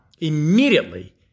immediately